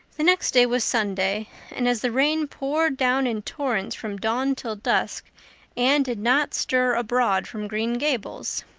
the next day was sunday and as the rain poured down in torrents from dawn till dusk anne did not stir abroad from green gables.